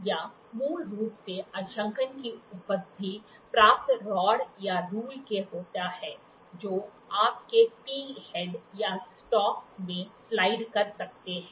यह मूल रूप से अंशांकन की उपाधि प्राप्त रॉड या रूल के होते हैं जो आपके टी हेड या स्टॉक में स्लाइड कर सकते हैं